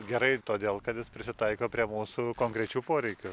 gerai todėl kad jis prisitaiko prie mūsų konkrečių poreikių